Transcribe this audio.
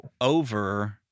over